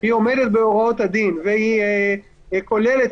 והיא עומדת בהוראות הדין והיא כוללת